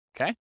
Okay